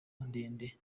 ndende